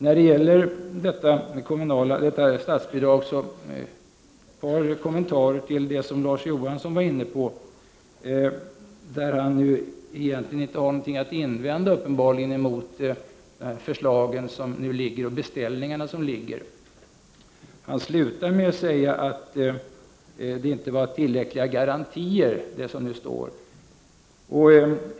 Jag har några kommenterar till det som Larz Johansson var inne på när det gäller statsbidraget. Uppenbarligen har han egentligen inte någonting att invända mot de förslag och de beställningar som nu föreligger. Han slutar med att säga att det som nu står inte innebär tillräckliga garantier.